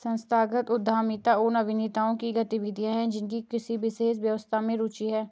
संस्थागत उद्यमिता उन अभिनेताओं की गतिविधियाँ हैं जिनकी किसी विशेष व्यवस्था में रुचि है